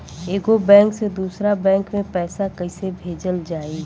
एगो बैक से दूसरा बैक मे पैसा कइसे भेजल जाई?